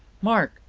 mark,